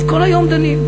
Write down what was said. אז כל היום דנים.